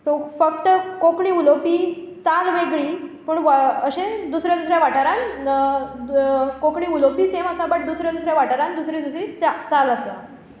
फक्त कोंकणी उलोवपी चाल वेगळी पूण अशें दुसऱ्या दुसऱ्या वाठारान कोंकणी उलोवपी सेम आसा बट दुसरे दुसरे वाठारान दुसरी दुसरी चा चाल आसा